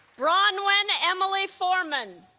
bronwen emily foreman